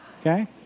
Okay